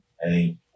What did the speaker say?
hey